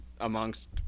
amongst